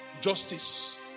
justice